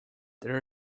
there